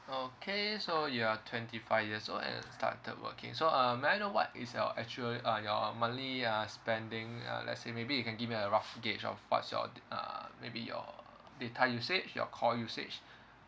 okay so you're twenty five years old and you've started working so um may I know what is your actual uh your monthly money uh spending uh let's say maybe you can give me a rough gauge of what's your uh maybe your data usage your call usage